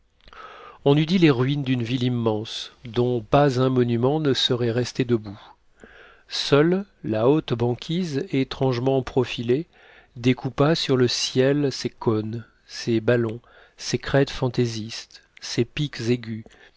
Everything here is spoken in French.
on eût dit les ruines d'une ville immense dont pas un monument ne serait resté debout seule la haute banquise étrangement profilée découpant sur le ciel ses cônes ses ballons ses crêtes fantaisistes ses pics aigus